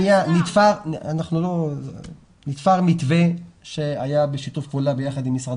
נקבע מתווה שהיה בשיתוף פעולה עם משרד